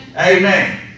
Amen